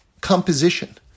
composition